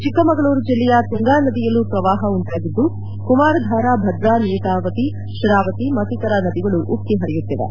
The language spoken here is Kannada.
ಚಿಕ್ಕಮಗಳೂರು ಜಿಲ್ಲೆಯ ತುಂಗಾನದಿಯಲ್ಲೂ ಪ್ರವಾಪ ಉಂಟಾಗಿದ್ದು ಕುಮಾರಧಾರ ಭದ್ರಾ ನೇತ್ರಾವತಿ ಶರಾವತಿ ಮತ್ತಿತರ ನದಿಗಳು ಉಕ್ಕಿ ಹರಿಯುತ್ತಿವೆ